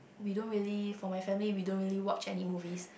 we don't really for my family we don't really watch any movies